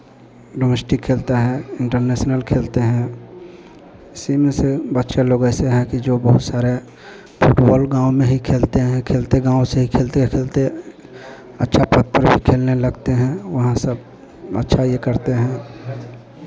domestic खेलता है international खेलते हैं इसी में से बच्चा लोग ऐसे हैं कि जो बहुत सारे फ़ुटबॉल गाँव में ही खेलते हैं खेलते गाँव से ही खेलते खेलते अच्छा पद पर भी खेलने लगते हैं वहाँ सब अच्छा ये करते हैं